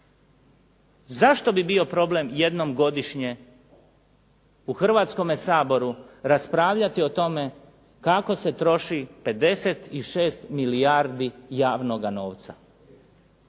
Zašto bi bio problem jednom godišnje u Hrvatskome saboru raspravljati o tome kako se troši 56 milijardi javnoga novca?